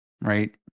right